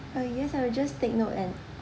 uh yes I will just take note and